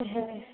হ্যাঁ